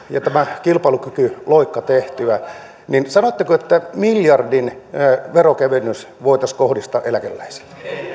ja tämän kilpailukykyloikan tehtyä niin miljardin veronkevennys voitaisiin kohdistaa eläkeläisiin